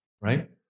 Right